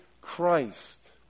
Christ